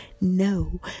no